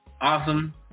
Awesome